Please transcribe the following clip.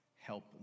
Help